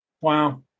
wow